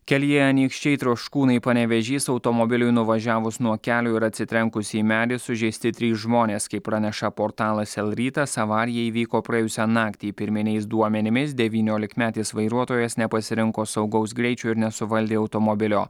kelyje anykščiai troškūnai panevėžys automobiliui nuvažiavus nuo kelio ir atsitrenkus į medį sužeisti trys žmonės kaip praneša portalas lrytas avarija įvyko praėjusią naktį pirminiais duomenimis devyniolikmetis vairuotojas nepasirinko saugaus greičio ir nesuvaldė automobilio